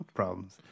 problems